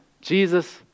Jesus